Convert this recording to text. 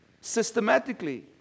systematically